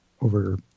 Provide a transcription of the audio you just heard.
over